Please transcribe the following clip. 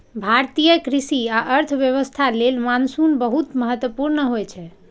भारतीय कृषि आ अर्थव्यवस्था लेल मानसून बहुत महत्वपूर्ण होइ छै